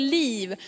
liv